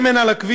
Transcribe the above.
שמן על הכביש,